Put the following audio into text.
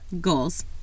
Goals